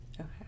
Okay